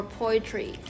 poetry